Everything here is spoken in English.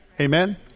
Amen